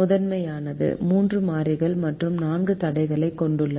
முதன்மையானது 3 மாறிகள் மற்றும் 4 தடைகளைக் கொண்டிருந்தது